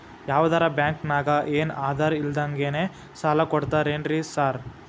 ಯಾವದರಾ ಬ್ಯಾಂಕ್ ನಾಗ ಏನು ಆಧಾರ್ ಇಲ್ದಂಗನೆ ಸಾಲ ಕೊಡ್ತಾರೆನ್ರಿ ಸಾರ್?